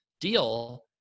deal